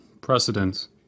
precedence